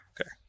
Okay